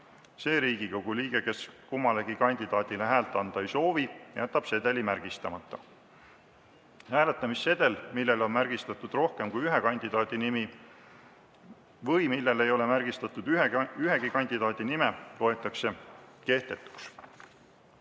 See Riigikogu liige, kes kummalegi kandidaadile häält anda ei soovi, jätab sedeli märgistamata. Hääletamissedel, millel on märgistatud rohkem kui ühe kandidaadi nimi või millel ei ole märgistatud ühegi kandidaadi nime, loetakse kehtetuks.